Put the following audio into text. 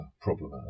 problem